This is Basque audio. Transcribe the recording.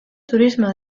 turismo